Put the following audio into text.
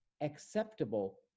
acceptable